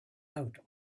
out